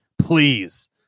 Please